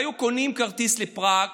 הם היו קונים כרטיס לפראג